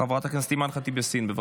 חברת הכנסת אימאן ח'טיב יאסין, בבקשה.